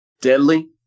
deadly